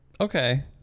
Okay